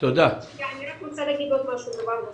אני רוצה להגיד דבר נוסף.